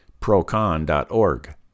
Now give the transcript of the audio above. Procon.org